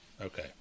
Okay